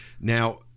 now